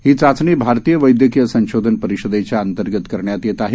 ही चाचणी भारतीय वैदयकिय संशोधन परिषदेच्या अंतर्गत करण्यात येत आहे